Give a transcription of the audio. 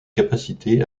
capacités